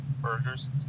burgers